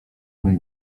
mej